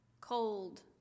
Cold